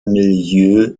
milieu